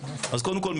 קודם כול,